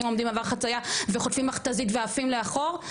עומדים במעבר חצייה וחוטפים מכת"זים ועפים לאחור.